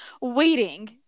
waiting